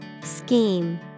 Scheme